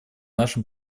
нашем